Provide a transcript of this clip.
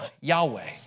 Yahweh